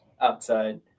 outside